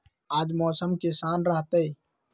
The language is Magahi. आज मौसम किसान रहतै?